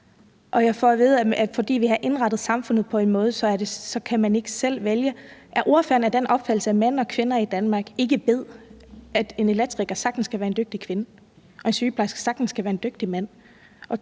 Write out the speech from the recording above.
at fordi vi har indrettet samfundet på en bestemt måde, så kan man ikke selv vælge. Er ordføreren af den opfattelse, at mænd og kvinder i Danmark ikke ved, at en elektriker sagtens kan være en dygtig kvinde, og at en sygeplejerske sagtens kan være en dygtig mand?